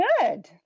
Good